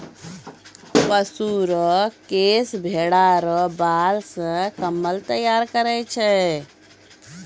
पशु रो केश भेड़ा रो बाल से कम्मल तैयार करै छै